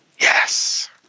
Yes